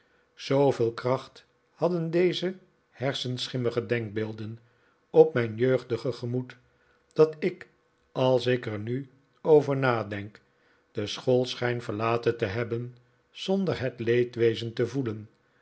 zooveel kracht hadden deze hersenschimmige denkbeelden op mijn jeugdige gemoed dat ik als ik er nu over nadehk de school schijn verlaten te hebben zonder het leedwezen te voelen